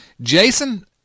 Jason